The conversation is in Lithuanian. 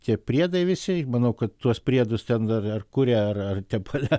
tie priedai visi manau kad tuos priedus ten dar ar kuria ar ar tepale